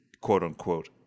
quote-unquote